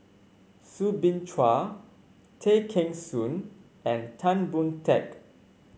Soo Bin Chua Tay Kheng Soon and Tan Boon Teik